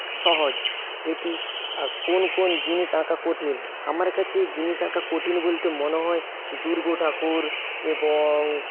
সহজ এটি কোন কোন জিনিস আঁকা কঠিন আমার কাছে জিনিস আঁকা কঠিন বলতে মনে হয় দুর্গা ঠাকুর এবং